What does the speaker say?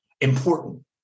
important